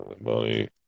money